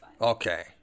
Okay